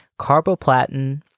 carboplatin